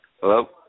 Hello